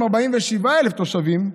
עם 47,000 תושבים,